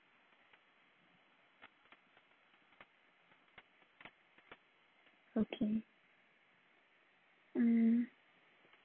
okay mmhmm